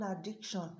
addiction